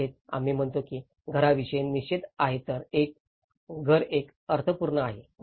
तिथेच आम्ही म्हणतो की घराविषयी निषेध आहे तर घर एक अर्थपूर्ण आहे